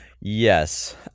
yes